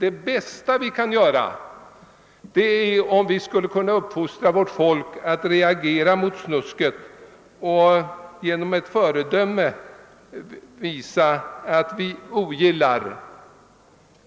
Det bästa vi kan göra är att genom vårt föredöme visa att vi ogillar